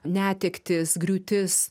netektis griūtis